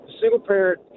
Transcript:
single-parent